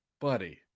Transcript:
buddy